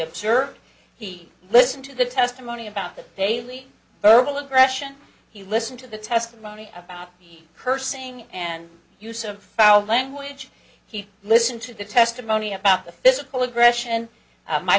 observed he listened to the testimony about the daily verbal aggression he listened to the testimony about cursing and use of foul language he listened to the testimony about the physical aggression